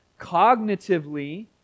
cognitively